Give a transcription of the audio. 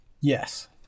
Yes